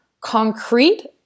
concrete